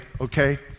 okay